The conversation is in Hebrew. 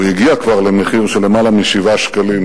הוא הגיע כבר למחיר של למעלה מ-7 שקלים